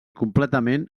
completament